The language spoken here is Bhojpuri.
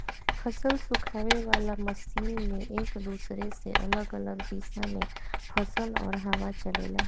फसल सुखावे वाला मशीन में एक दूसरे से अलग अलग दिशा में फसल और हवा चलेला